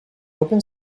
open